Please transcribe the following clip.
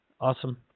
Awesome